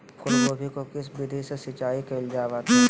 फूलगोभी को किस विधि से सिंचाई कईल जावत हैं?